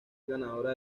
ganadora